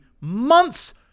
months